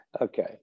okay